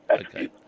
Okay